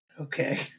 Okay